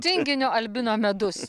tinginio albino medus